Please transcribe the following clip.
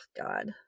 god